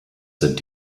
sind